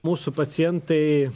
mūsų pacientai